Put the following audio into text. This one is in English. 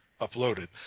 uploaded